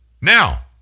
Now